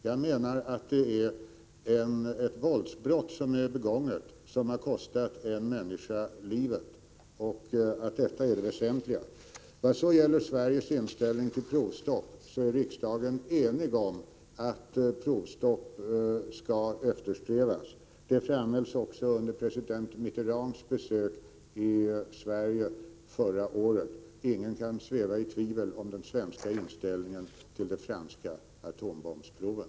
Jag menar att ett våldsbrott är begånget som har kostat en människa livet och att detta är det väsentliga. Vad så gäller Sveriges inställning till provstopp är riksdagen enig om att provstopp skall eftersträvas. Det framhölls också under president Mitterrands besök i Sverige förra året. Ingen kan sväva i tvivel om den svenska inställningen till de franska atombombsproven.